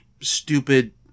stupid